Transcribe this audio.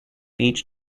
each